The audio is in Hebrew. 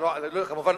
כמובן,